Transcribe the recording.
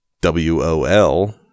W-O-L